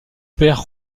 père